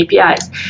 APIs